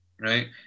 right